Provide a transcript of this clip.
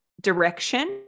direction